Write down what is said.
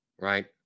right